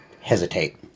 hesitate